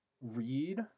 Read